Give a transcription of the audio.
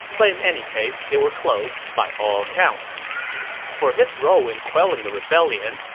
but in any case, they were close, by all accounts for his role in quelling the rebellion,